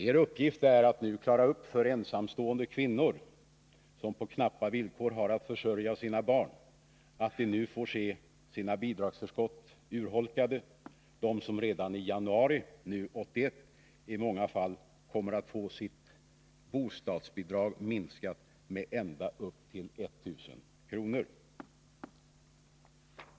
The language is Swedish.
Er uppgift är att tala om för ensamstående kvinnor, som under knappa villkor har att försörja sina barn, att de nu får se sina bidragsförskott urholkade, de kvinnor som i många fall redan i januari 1981 kommer att få sitt bostadsbidrag minskat med ända upp till 1000 kr.